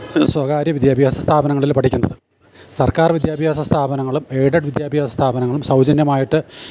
ഇന്ന് സ്വകാര്യ വിദ്യാഭ്യാസ സ്ഥാപനങ്ങളിൽ പഠിക്കുന്നത് സർക്കാർ വിദ്യാഭ്യാസ സ്ഥാപനങ്ങളും ഏയ്ഡഡ് വിദ്യാഭ്യാസ സ്ഥാപനങ്ങളും സൗജന്യമായിട്ട്